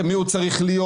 מי הוא צריך להיות